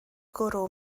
gwrw